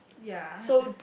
ya